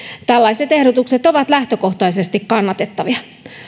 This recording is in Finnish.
tällaiset ehdotukset ovat lähtökohtaisesti kannatettavia